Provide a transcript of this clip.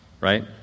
right